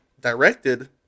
directed